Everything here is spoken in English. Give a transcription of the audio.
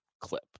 clip